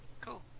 Cool